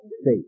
state